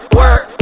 work